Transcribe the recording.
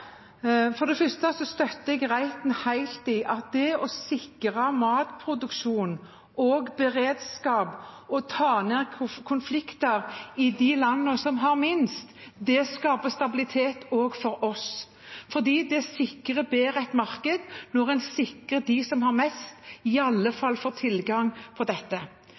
For det første støtter jeg Reiten helt i at det å sikre matproduksjon, beredskap og å ta ned konflikter i de landene som har minst, skaper stabilitet også for oss. Det gir et bedre marked når en sikrer at de som har minst, i alle fall får tilgang på dette.